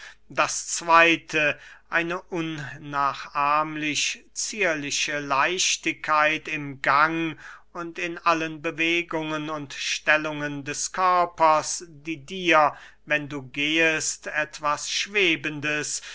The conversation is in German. das zweyte eine unnachahmlich zierliche leichtigkeit im gang und in allen bewegungen und stellungen des körpers die dir wenn du gehest etwas schwebendes